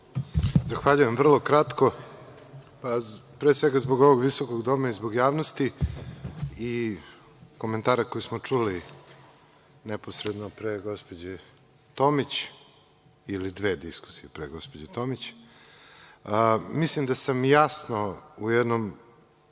Zahvaljujem. Vrlo ću kratko. Pre svega i zbog ovog visokog doma i zbog javnosti i komentara koje smo čuli neposredno pre gospođe Tomić, ili dve diskusije pre gospođe Tomić, mislim da sam jasno u jednom,